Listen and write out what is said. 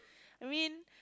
I mean